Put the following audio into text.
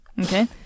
Okay